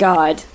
God